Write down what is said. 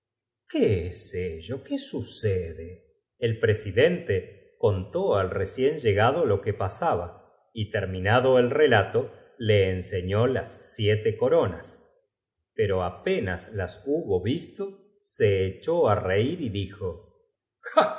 qué es ellof qué sucedef el presiden te contó al recién llegado lo que pasaba y terminado el relato le enseiió las siete coronas pero apenas las hubo visto se echó á reir y dijo